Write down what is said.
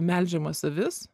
melžiamas avis